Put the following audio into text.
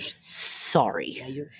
Sorry